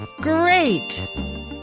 Great